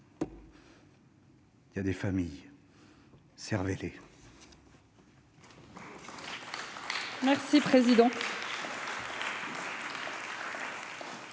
Il y a des familles, servez-les